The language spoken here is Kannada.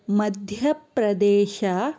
ಮಧ್ಯಪ್ರದೇಶ